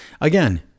again